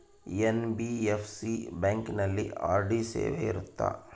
NBFC ಬ್ಯಾಂಕಿನಲ್ಲಿ RD ಸೇವೆ ಇರುತ್ತಾ?